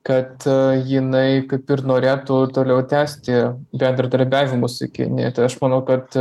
kad jinai kaip ir norėtų toliau tęsti bendradarbiavimus su kinija tai aš manau kad